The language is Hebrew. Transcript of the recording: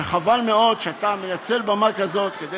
וחבל מאוד שאתה מנצל במה כזאת כדי